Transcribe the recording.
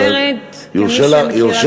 אני אומרת כמי שמכירה את הנושא.